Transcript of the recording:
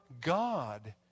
God